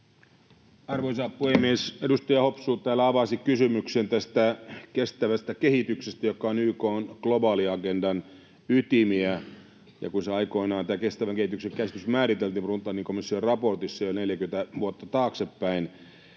Arvoisa puhemies! Edustaja Hopsu täällä avasi kysymyksen kestävästä kehityksestä, joka on YK:n globaaliagendan ytimiä. Kun aikoinaan tämä kestävän kehityksen käsitys määriteltiin Brundtlandin komission raportissa jo 40 vuotta taaksepäin,